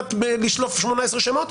כמעט לשלוף 18 שמות,